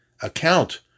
account